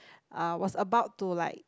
uh was about to like